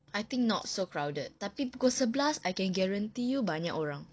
I think not so crowded tapi pukul sebelas I can guarantee you banyak orang